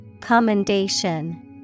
Commendation